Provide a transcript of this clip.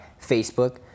Facebook